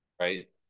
right